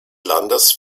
landes